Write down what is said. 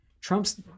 Trump's